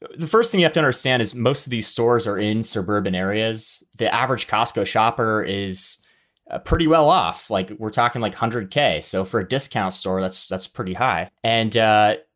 the first thing you have to understand is most of these stores are in suburban areas. the average costco shopper is ah pretty well off. like we're talking like a hundred k. so for a discount store, that's that's pretty high. and, yeah